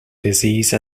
disease